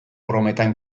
brometan